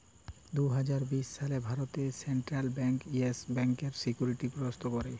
দু হাজার বিশ সালে ভারতে সেলট্রাল ব্যাংক ইয়েস ব্যাংকের সিকিউরিটি গ্রস্ত ক্যরে